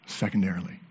Secondarily